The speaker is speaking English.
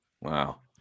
Wow